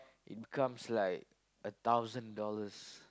it becomes like a thousand dollars